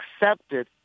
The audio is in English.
accepted